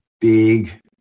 big